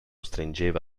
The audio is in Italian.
stringeva